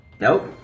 Nope